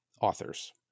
authors